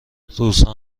روزها